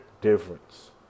difference